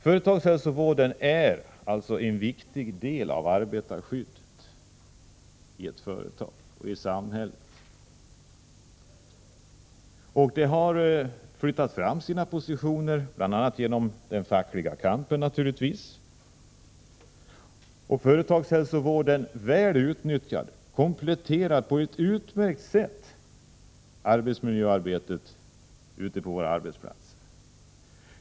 Företagshälsovården är alltså en viktig del av arbetarskyddet i ett företag och i samhället. Den har också flyttat fram sina positioner, bl.a. genom den fackliga kampen. Företagshälsovården, väl utnyttjad, kompletterar på ett utmärkt sätt arbetsmiljöarbetet ute på våra arbetsplatser.